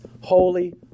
Holy